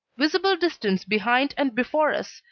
visible distance behind and before us,